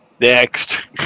next